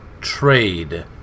trade